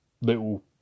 little